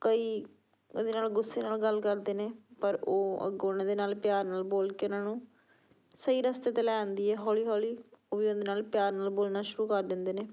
ਕਈ ਉਹਦੇ ਨਾਲ ਗੁੱਸੇ ਨਾਲ ਗੱਲ ਕਰਦੇ ਨੇ ਪਰ ਉਹ ਅੱਗੋਂ ਉਹਨਾਂ ਦੇ ਨਾਲ ਪਿਆਰ ਨਾਲ ਬੋਲ ਕੇ ਉਹਨਾਂ ਨੂੰ ਸਹੀ ਰਸਤੇ 'ਤੇ ਲੈ ਆਉਂਦੀ ਹੈ ਹੌਲੀ ਹੌਲੀ ਉਹ ਵੀ ਉਹਦੇ ਨਾਲ ਪਿਆਰ ਨਾਲ ਬੋਲਣਾ ਸ਼ੁਰੂ ਕਰ ਦਿੰਦੇ ਨੇ